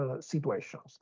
situations